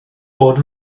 bod